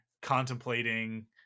contemplating